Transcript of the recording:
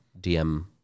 DM